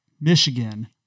Michigan